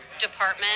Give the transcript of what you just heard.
department